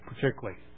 particularly